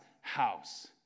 house